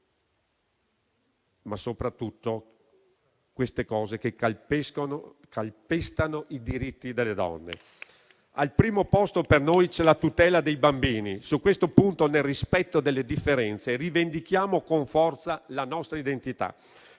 soprattutto perché queste realtà calpestano i diritti delle donne. Per noi al primo posto c'è la tutela dei bambini: su questo punto, nel rispetto delle differenze, rivendichiamo con forza la nostra identità.